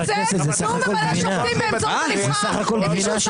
יו"ר לשכת עורכי הדין ימשיך לייצג --- על מה אתם מדברים?